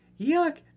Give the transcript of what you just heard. Yuck